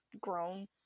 grown